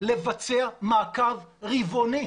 לבצע מעקב רבעוני,